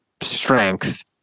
strength